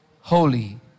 holy